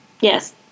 yes